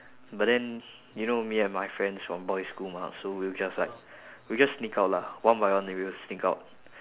but then you know me and my friends from boys' school mah so we'll just like we'll just sneak out lah one by one we will sneak out